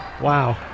Wow